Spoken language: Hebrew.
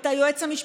את היועץ המשפטי,